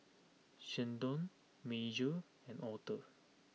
Sheldon Major and Author